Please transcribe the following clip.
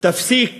תפסיק